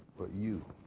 but you